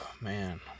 Man